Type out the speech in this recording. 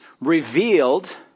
revealed